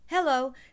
Hello